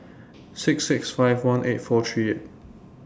six six five one eight four three eight